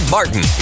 Martin